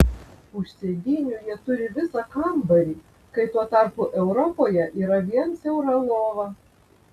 už sėdynių jie turi visą kambarį kai tuo tarpu europoje yra vien siaura lova